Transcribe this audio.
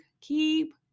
keep